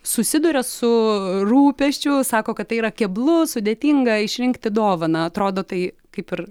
susiduria su rūpesčiu sako kad tai yra keblu sudėtinga išrinkti dovaną atrodo tai kaip ir